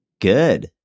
Good